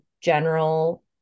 general